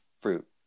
fruit